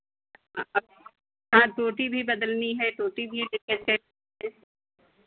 हाँ टोंटी भी बदलनी है टोंटी भी लीकेज है